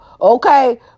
okay